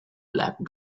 black